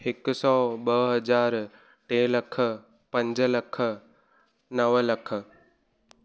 हिकु सौ ॿ हज़ार टे लख पंज लख नव लख